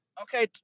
okay